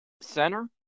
center